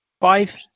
five